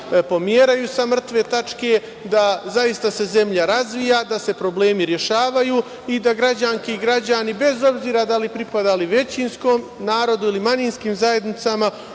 pomeraju sa mrtve tačke i da se zaista zemlja razvija, da se problemi rešavaju i da građanke i građani, bez obzira da li pripadali većinskom narodu ili manjinskim zajednicama,